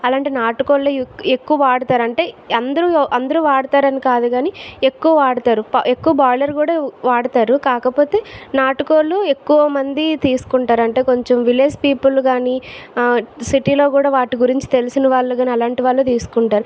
అలాంటి నాటు కోళ్లు ఎక్కు ఎక్కువ వాడుతారు అంటే అందరూ అందరూ వాడతారు అని కాదు గాని ఎక్కువ వాడతారు ఎక్కువ బాయిలర్ కూడా వాడతారు కాకపోతే నాటు కోళ్లు ఎక్కువ మంది తీసుకుంటారు అంటే కొంచెం విలేజ్ పీపుల్ కాని సిటీ లో కూడా వాటి గురించి తెలిసిన వాళ్ళు గాని అలాంటి వాళ్ళు తీసుకుంటారు